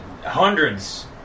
Hundreds